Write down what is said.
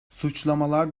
suçlamalar